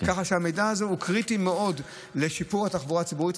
כך שהמידע הזה הוא קריטי מאוד לשיפור התחבורה הציבורית,